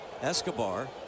Escobar